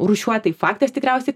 rūšiuot tai faktas tikriausiai